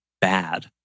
bad